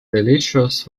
delicious